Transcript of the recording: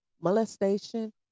molestation